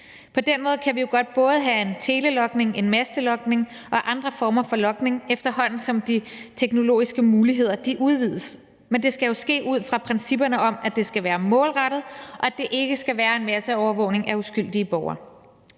På den måde kan vi godt både have en telelogning, en mastelogning og andre former for logning, efterhånden som de teknologiske muligheder udvides, men det skal jo ske ud fra principperne om, at det skal være målrettet, og at det ikke skal være masseovervågning af uskyldige borgere.